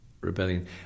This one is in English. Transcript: rebellion